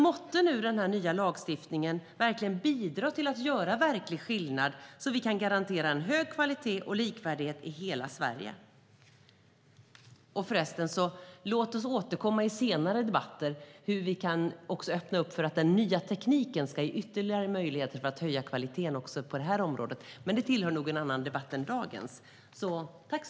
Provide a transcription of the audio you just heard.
Måtte nu den nya lagstiftningen bidra till att göra verklig skillnad så att vi kan garantera hög kvalitet och likvärdighet i hela Sverige! Låt oss i senare debatter återkomma till hur vi kan öppna upp för att den nya tekniken ska ge ytterligare möjligheter att höja kvaliteten även på det här området. Det tillhör nog en annan debatt än dagens.